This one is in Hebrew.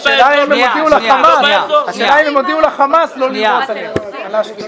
השאלה אם הם הודיעו לחמאס לא לירות על אשקלון.